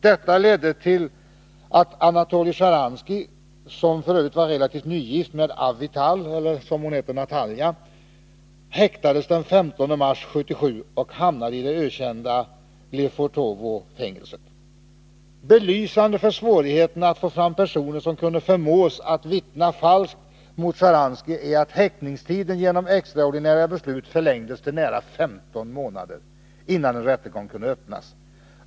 Detta ledde till att Anatoly Shceharansky, som f. ö. var relativt nygift med Avital, eller — som hon egentligen heter — Natalja, häktades den 15 mars 1977 och hamnade i det ökända Lefortovofängelset. Belysande för svårigheterna att få fram personer som kunde förmås att vittna falskt mot Shcharansky är att häktningstiden genom extraordinära beslut förlängdes till nära 15 månader, innan en rättegång kunde öppnas.